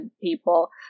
people